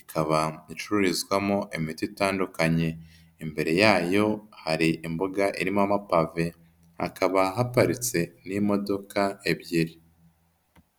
ikaba icururizwamo imiti itandukanye, imbere yayo hari imbuga irimo amapave, hakaba haparitse n'imodoka ebyiri.